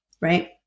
right